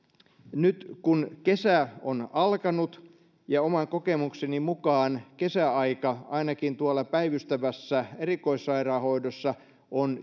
nyt kun kesä on alkanut ja kun oman kokemukseni mukaan kesäaika ainakin tuolla päivystävässä erikoissairaanhoidossa on